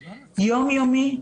יומיומי,